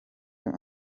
you